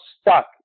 stuck